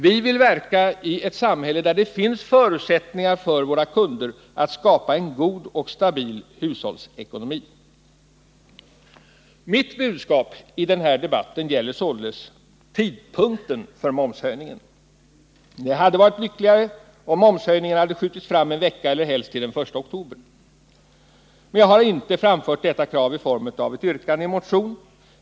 Vi vill verka i ett samhälle där det finns förutsättningar för våra kunder att skapa en god och stabil hushållsekonomi. Mitt budskap i den här debatten gäller således bara tidpunkten för momshöjningen. Det hade varit lyckligare om momshöjningen hade skjutits fram en vecka eller helst till den 1 oktober. Jag har inte framfört detta krav i form av ett yrkande i motion.